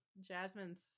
Jasmine's